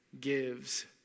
gives